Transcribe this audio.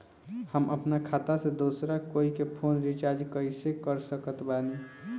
हम अपना खाता से दोसरा कोई के फोन रीचार्ज कइसे कर सकत बानी?